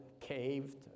caved